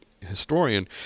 historian